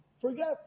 forget